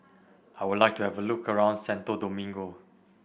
I would like to have a look around Santo Domingo